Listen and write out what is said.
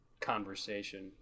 conversation